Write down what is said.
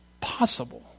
possible